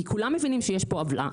כי כולם מבינים שיש פה עוולה,